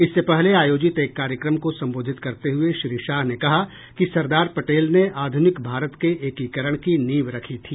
इससे पहले आयोजित एक कार्यक्रम को संबोधित करते हुये श्री शाह ने कहा कि सरदार पटेल ने आध्रनिक भारत के एकीकरण की नींव रखी थी